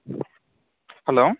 hello